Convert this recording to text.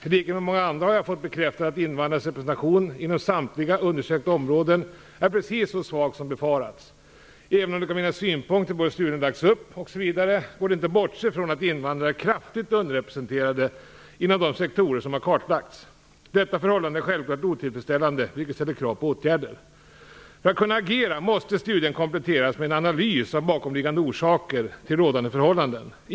I likhet med många andra har jag fått bekräftat att invandrares representation inom samtliga undersökta områden är precis så svag som befarats. Även om det kan finnas synpunkter på hur studien lagts upp osv. går det inte att bortse från att invandrare är kraftigt underrepresenterade inom de sektorer som kartlagts. Detta förhållande är självklart otillfredsställande, vilket ställer krav på åtgärder. För att kunna agera måste studien kompletteras med en analys av bakomliggande orsaker till rådande förhållanden.